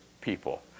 people